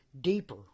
deeper